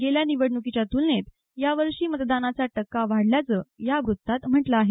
गेल्या निवडणुकीच्या तुलनेत या वर्षी मतदानाचा टक्का वाढल्याचं या वृत्तात म्हटलं आहे